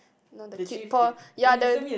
no the kid pour ya the